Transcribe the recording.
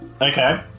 Okay